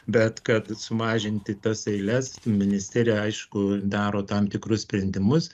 bet kad sumažinti tas eiles ministerija aišku daro tam tikrus sprendimus